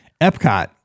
epcot